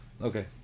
Okay